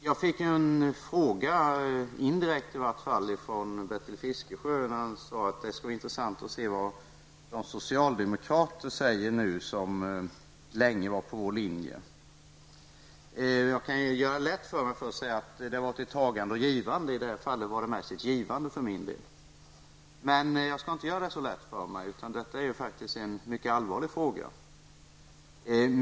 Jag fick en indirekt fråga från Bertil Fiskesjö som sade att det skulle vara intressant att höra vad de socialdemokrater säger nu, som länge var på centerns linje. Jag skulle kunna göra det lätt för mig genom att säga att det har varit ett tagande och givande, och i detta fall mest ett givande för min del. Men jag skall inte göra det så lätt för mig. Detta är faktiskt en mycket allvarlig fråga.